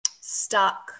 stuck